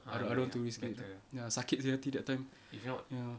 I don~ don't want to risk it ya sakit sia hati that time ya